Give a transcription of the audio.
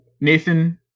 Nathan